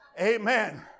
Amen